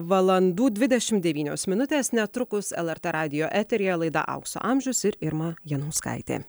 valandų dvidešim devynios minutės netrukus lrt radijo eteryje laida aukso amžius ir irma janauskaitė